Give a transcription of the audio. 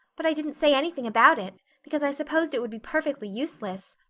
but i didn't say anything about it, because i supposed it would be perfectly useless.